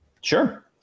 Sure